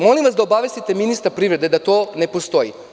Molim vas da obavestite ministra privrede da to ne postoji.